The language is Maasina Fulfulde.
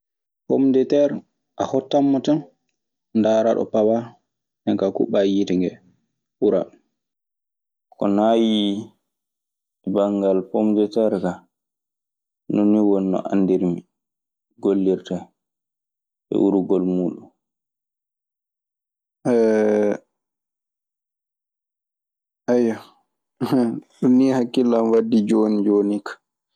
Pomdeter a hottanmo tan ndaaraa ɗo pawaa; nden kaa kuɓɓaa yiite ngee uraa. Ko naayii banngal pomdeteer kaa, noon nii woni no anndirmi gollirtee e urgol muuɗun. Ayyo Ɗun nii hakkillan waddi jooni jooni ka.